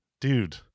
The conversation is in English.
dude